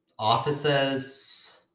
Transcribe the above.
offices